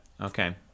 Okay